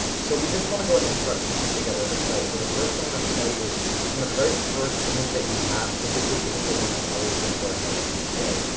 so we just wanna go ahead and start piecing together the site. so the first thing i'm gonna tell you is you know the very first image that you have typically isn't the one that's always gonna go ahead and stay.